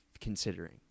considering